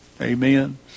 Amen